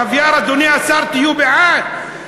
קוויאר, אדוני השר, תהיו בעד.